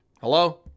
Hello